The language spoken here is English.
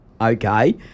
Okay